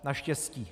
Naštěstí.